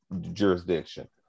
jurisdiction